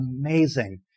amazing